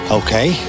okay